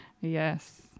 Yes